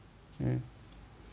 mm